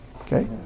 okay